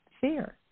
fear